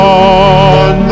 on